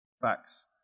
Facts